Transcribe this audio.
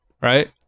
right